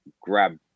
grab